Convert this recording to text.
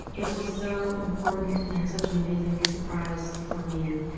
it was so important and such an amazing surprise for me,